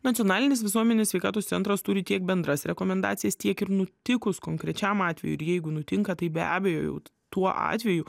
nacionalinis visuomenės sveikatos centras turi tiek bendras rekomendacijas tiek ir nutikus konkrečiam atvejui ir jeigu nutinka tai be abejo jau tuo atveju